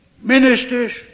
Ministers